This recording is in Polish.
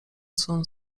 swą